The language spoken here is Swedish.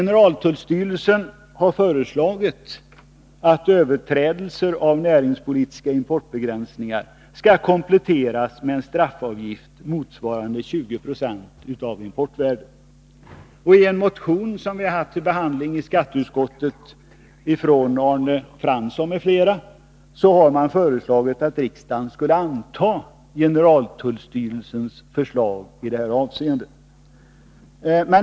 Generaltullstyrelsen har föreslagit att överträdelser av näringspolitiska importbegränsningar skall medföra en straffavgift motsvarande 20 96 av importvärdet. I motion 2251 av Arne Fransson m.fl., som vi har haft till behandling i skatteutskottet, har föreslagits att riksdagen skall anta generaltullstyrelsens förslag i detta avseende.